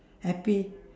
happy